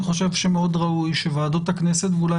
אני חושב שמאוד ראוי שוועדות הכנסת ואולי